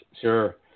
sure